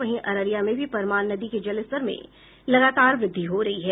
वहीं अररिया में भी परमान नदी के जलस्तर में लगातार व्रद्धि हो रही है